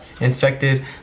infected